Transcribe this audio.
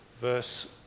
verse